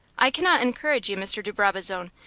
i cannot encourage you, mr. de brabazon.